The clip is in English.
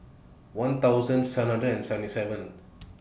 one thousand seven hundred and seventy seven